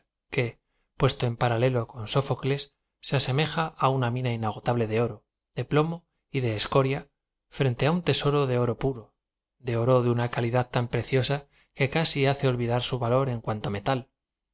que puesto en paralelo con sófocles se asemeja á una mina inago table de oro de plomo y de escoria frente á un tesoro de oro puro de oro de una calidad tan preciosa que casi hace olvid ar su valo r en cuanto metal